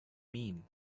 mean